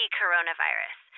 coronavirus